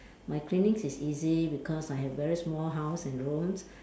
my cleaning is easy because I have very small house and rooms